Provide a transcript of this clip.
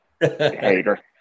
Hater